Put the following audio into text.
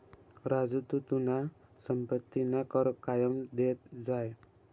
राजू तू तुना संपत्तीना कर कायम देत जाय